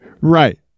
Right